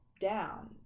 down